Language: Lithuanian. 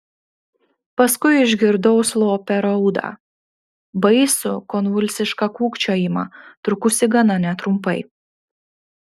paskui išgirdau slopią raudą baisų konvulsišką kūkčiojimą trukusį gana netrumpai